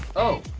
oh.